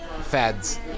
feds